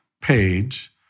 page